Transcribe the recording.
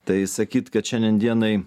tai sakyt kad šiandien dienai